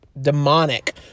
demonic